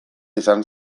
izan